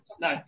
No